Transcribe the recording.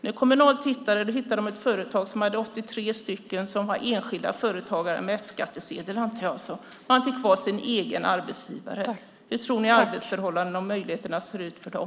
När Kommunal tittade hittade de ett företag som hade 83 personer som var enskilda företagare med F-skattsedel. Man fick vara sin egen arbetsgivare. Hur tror ni arbetsförhållandena och möjligheterna ser ut för dem?